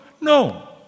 No